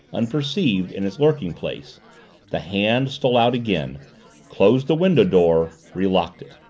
unperceived, in its lurking place the hand stole out again closed the window-door, relocked it.